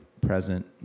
present